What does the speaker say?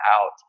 out